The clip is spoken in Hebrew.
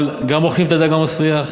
אבל גם אוכלים את הדג המסריח,